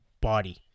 body